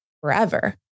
forever